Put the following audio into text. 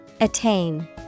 Attain